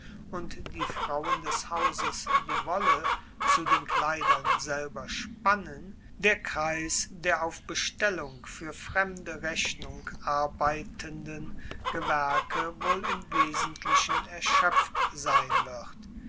und die frauen des hauses die wolle zu den kleidern selber spannen der kreis der auf bestellung fuer fremde rechnung arbeitenden gewerke wohl im wesentlichen erschoepft sein wird